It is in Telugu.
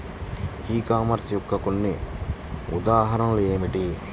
ఈ కామర్స్ యొక్క కొన్ని ఉదాహరణలు ఏమిటి?